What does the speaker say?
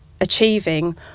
achieving